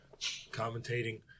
commentating